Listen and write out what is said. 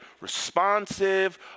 responsive